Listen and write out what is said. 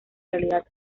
realidad